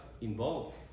involved